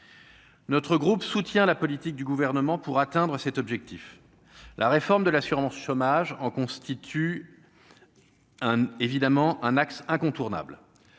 notre groupe soutient la politique du gouvernement pour atteindre cet objectif, la réforme de l'assurance-chômage en constitue évidemment un axe incontournable